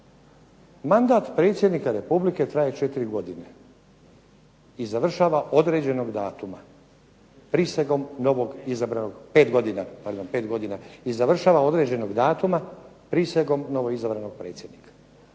Mandat predsjednika republike traje 4 godine i završava određenog datuma, prisegom novog izabranog …… /Upadica: